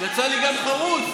יצא לי גם חרוז.